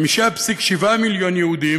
5.7 מיליון יהודים,